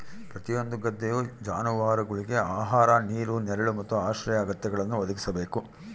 ಪ್ರತಿಯೊಂದು ಗದ್ದೆಯು ಜಾನುವಾರುಗುಳ್ಗೆ ಆಹಾರ ನೀರು ನೆರಳು ಮತ್ತು ಆಶ್ರಯ ಅಗತ್ಯಗಳನ್ನು ಒದಗಿಸಬೇಕು